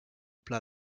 pla